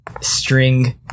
string